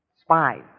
spies